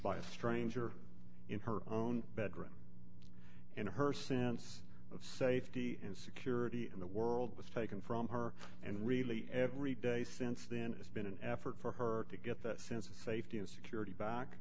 by a stranger in her own bedroom and her sense of safety and security in the world was taken from her and really every day since then it's been an effort for her to get that sense of safety and security back